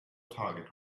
target